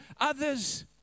others